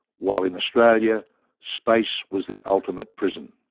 while in australia space was the ultimate prison.